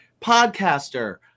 podcaster